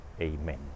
amen